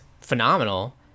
phenomenal